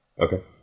Okay